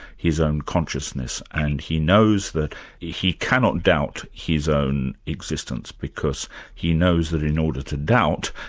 his own consciousness, and he knows that he cannot doubt his own existence because he knows that in order to doubt,